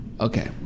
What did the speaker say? okay